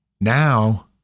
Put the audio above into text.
now